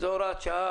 זו הוראת שעה,